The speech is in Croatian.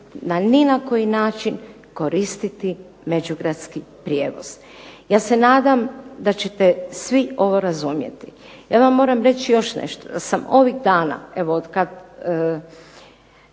na ni koji način koristiti međugradski prijevoz. Ja se nadam da ćete svi ovo razumjeti. Ja vam moram reći još nešto, da sam ovih dana evo od kada